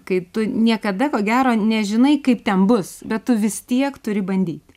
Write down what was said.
kai tu niekada ko gero nežinai kaip ten bus bet tu vis tiek turi bandyt